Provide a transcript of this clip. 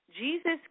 Jesus